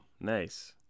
nice